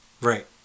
Right